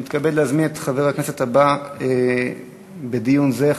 אני מתכבד להזמין את חבר הכנסת הבא בדיון זה,